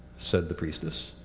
said the priestess,